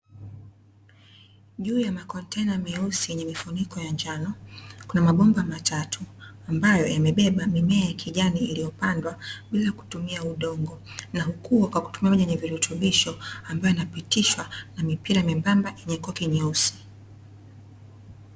Juu ya makontena meusi yenye mifuniko ya njano, kuna mabomba matatu ambayo yamebeba mimea ya kijani iliyopandwa bila kutumia udongo. na hukua kwa kutumia virutubisho, ambayo yanapitishwa na mipira mwembamba yenye koki nyeusi.